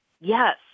Yes